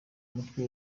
mutwe